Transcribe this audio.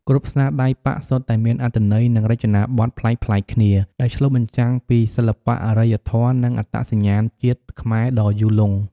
គ្រប់ស្នាដៃប៉ាក់សុទ្ធតែមានអត្ថន័យ និងរចនាបថប្លែកៗគ្នា ដែលឆ្លុះបញ្ចាំងពីសិល្បៈអរិយធម៌ និងអត្តសញ្ញាណជាតិខ្មែរដ៏យូរលង់។